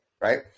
right